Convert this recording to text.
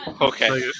Okay